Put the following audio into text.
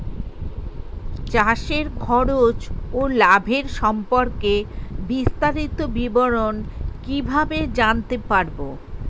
চাষে খরচ ও লাভের সম্পর্কে বিস্তারিত বিবরণ কিভাবে জানতে পারব?